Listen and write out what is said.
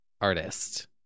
artist